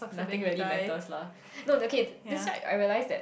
nothing really matters lah not the case that's why I realise that